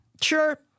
Sure